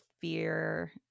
fear